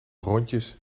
rondjes